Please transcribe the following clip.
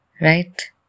right